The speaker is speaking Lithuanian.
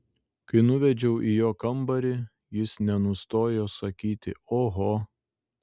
kai nuvedžiau į jo kambarį jis nenustojo sakyti oho